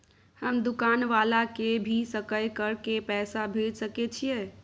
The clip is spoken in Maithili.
हम दुकान वाला के भी सकय कर के पैसा भेज सके छीयै?